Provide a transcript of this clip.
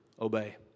Obey